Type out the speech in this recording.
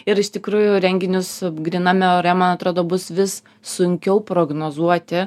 ir iš tikrųjų renginius gryname ore man atrodo bus vis sunkiau prognozuoti